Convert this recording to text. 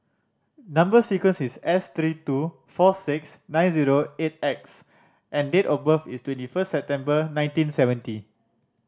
number sequence is S three two four six nine zero eight X and date of birth is twenty first September nineteen seventy